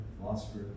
philosopher